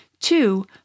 Two